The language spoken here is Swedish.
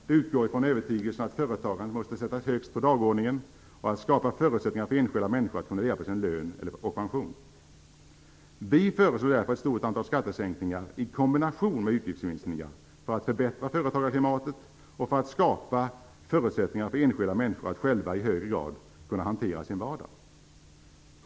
Det utgår från övertygelsen att företagandet måste sättas högst på dagordningen och att skapa förutsättningar för enskilda människor att kunna leva på sin lön eller pension. Vi föreslår därför ett stort antal skattesänkningar i kombination med utgiftsminskningar för att förbättra företagarklimatet och för att skapa förutsättningar för enskilda människor att själva i högre grad kunna hantera sin vardag.